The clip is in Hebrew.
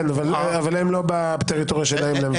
כן, אבל הם לא בטרטוריה שלהם להבנתי.